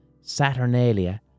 Saturnalia